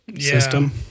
system